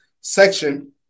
section